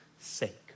sake